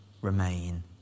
remain